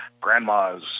grandma's